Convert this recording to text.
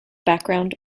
background